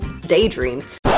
daydreams